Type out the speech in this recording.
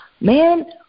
man